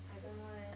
I don't know leh